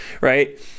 Right